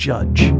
Judge